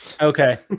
Okay